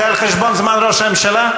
זה על חשבון זמן ראש הממשלה?